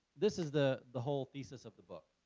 this is the the whole thesis of the book.